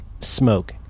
smoke